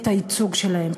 את הייצוג שלהם,